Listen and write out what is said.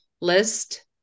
list